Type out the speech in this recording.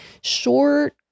short